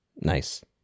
Nice